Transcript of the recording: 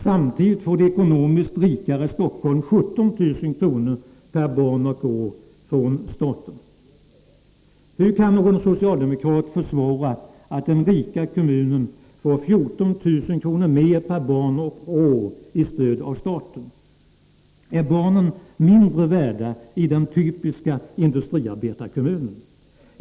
Samtidigt får det ekonomiskt rikare Stockholm 17 000 kr. per barn och år från staten. Hur kan någon socialdemokrat försvara att den rika kommunen får 14 000 kr. mer per barn och år i stöd från staten? Är barnen mindre värda i den typiska industriarbetarkommunen?